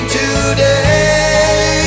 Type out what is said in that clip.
today